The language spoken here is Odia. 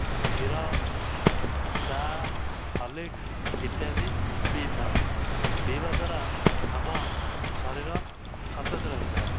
କ୍ଷୀର ଚା ହରଲିକ୍ସ ଇତ୍ୟାଦି ପିଇଥାଉ ପିଇବା ଦ୍ୱାରା ଆମ ଶରୀର ସତେଜ ରହିଥାଏ